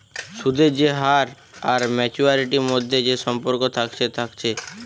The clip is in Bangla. সুদের যে হার আর মাচুয়ারিটির মধ্যে যে সম্পর্ক থাকছে থাকছে